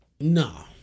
No